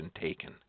taken